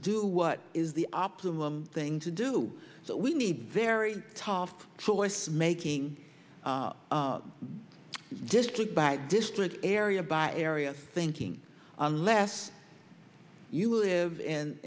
do what is the optimum thing to do so we need very tough choice making district by district area by area thinking unless you live